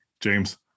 James